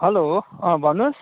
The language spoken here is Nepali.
हेलो अँ भन्नुहोस्